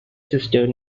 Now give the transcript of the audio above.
sisters